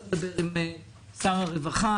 צריך לדבר עם שר הרווחה,